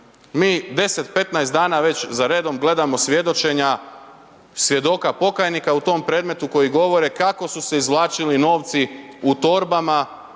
mi 10, 15 dana već zaredom gledamo svjedočenja, svjedoka pokajnika u tom predmetu koji govore kako su se izvlačili novci u torbama